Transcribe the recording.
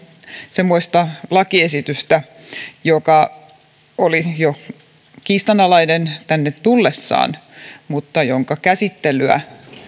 semmoista lakiesitystä joka oli kiistanalainen jo tänne tullessaan mutta jonka käsittelyä